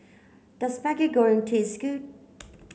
does Maggi Goreng taste good